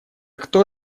кто